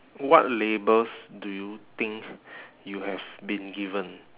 what labels do you think you have been given